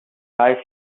are